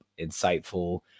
insightful